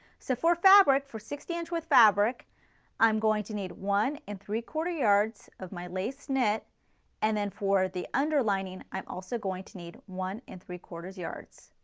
so for fabric, for sixty inch fabric i'm going to need one and three quarter yards of my lace knit and then for the underlining i'm also going to need one and three quarters yards.